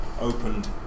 opened